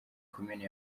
komini